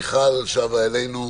מיכל שבה אלינו.